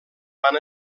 van